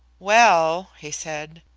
well, he said,